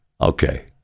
okay